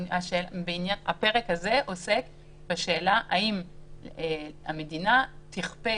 הפרק הזה עוסק בשאלה האם המדינה תכפה